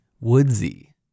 Woodsy